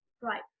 Right